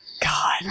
god